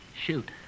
Shoot